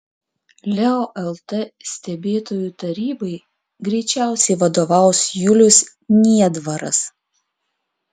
leo lt stebėtojų tarybai greičiausiai vadovaus julius niedvaras